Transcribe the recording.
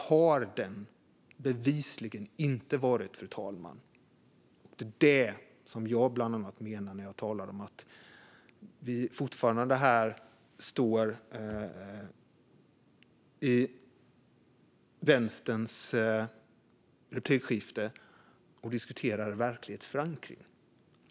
Det har den bevisligen inte varit, och det är bland annat det jag menar när jag nu står i ett replikskifte med Vänstern och diskuterar verklighetsförankring.